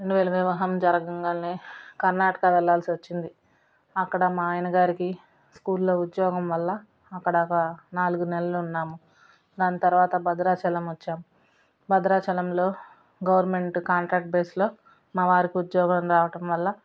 రెండు వేలు వివాహం జరగగానే కర్ణాటక వెళ్ళాల్సి వచ్చింది అక్కడ మా ఆయన గారికి స్కూల్లో ఉద్యోగం వల్ల అక్కడ ఒక నాలుగు నెలలు ఉన్నాము దాని తరువాత భద్రాచలం వచ్చాము భద్రాచలంలో గవర్నమెంట్ కాంట్రాక్ట్ బేస్లో మా వారికి ఉద్యోగం రావటం వల్ల